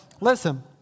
listen